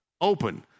open